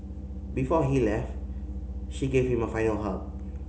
before he left she gave him a final hug